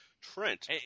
Trent